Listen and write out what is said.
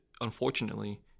unfortunately